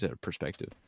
perspective